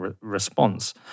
response